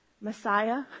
Messiah